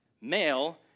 male